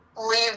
leave